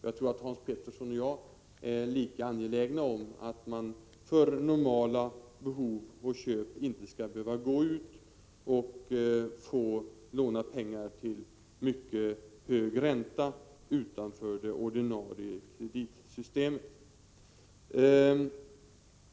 Jag tror att Hans Petersson i Hallstahammar och jag är lika angelägna om att man när det gäller normala behov av kreditköp inte skall behöva gå utanför det ordinarie kreditsystemet och låna pengar till mycket hög ränta.